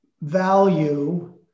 value